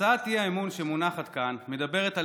הצעת האי-אמון שמונחת כאן מדברת על